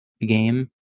game